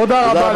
תודה רבה,